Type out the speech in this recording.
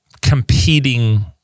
competing